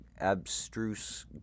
abstruse